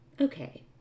Okay